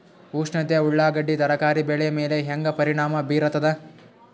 ಉಷ್ಣತೆ ಉಳ್ಳಾಗಡ್ಡಿ ತರಕಾರಿ ಬೆಳೆ ಮೇಲೆ ಹೇಂಗ ಪರಿಣಾಮ ಬೀರತದ?